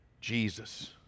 Jesus